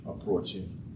approaching